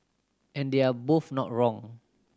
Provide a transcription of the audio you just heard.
and they're both not wrong